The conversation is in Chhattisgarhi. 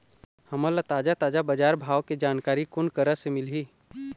हमन ला ताजा ताजा बजार भाव के जानकारी कोन करा से मिलही?